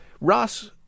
Ross